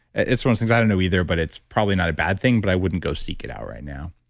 it's one of those things i don't know either, but it's probably not a bad thing, but i wouldn't go seek it out right now.